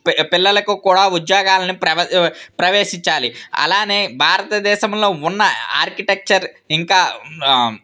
పిల్లలకు కూడా ఉద్యోగాలను ప్రవ ప్రవేశించాలి అలాగే భారత దేశంలో ఉన్న ఆర్కిటెక్చర్ ఇంకా